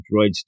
droids